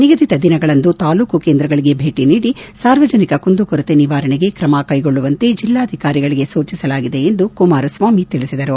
ನಿಗದಿತ ದಿನಗಳಂದು ತಾಲ್ಲೂಕು ಕೇಂದ್ರಗಳಗೆ ಭೇಟಿ ನೀಡಿ ಸಾರ್ವಜನಿಕ ಕುಂದು ಕೊರತೆ ನಿವಾರಣೆಗೆ ಕ್ರಮ ಕೈಗೊಳ್ಳುವಂತೆ ಜಿಲ್ಲಾಧಿಕಾರಿಗಳಿಗೆ ಸೂಚಿಸಲಾಗಿದೆ ಎಂದು ಕುಮಾರ ಸ್ವಾಮಿ ತಿಳಿಸಿದರು